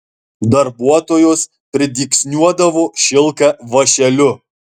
darbuotojos pridygsniuodavo šilką vąšeliu